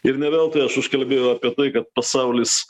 ir ne veltui aš užkalbėjau apie tai kad pasaulis